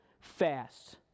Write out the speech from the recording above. fast